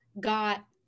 got